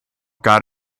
god